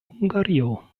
hungario